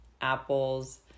apples